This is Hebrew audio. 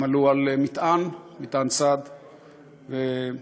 הם עלו על מטען צד ונהרגו.